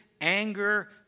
anger